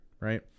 right